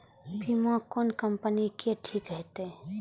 बीमा कोन कम्पनी के ठीक होते?